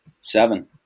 seven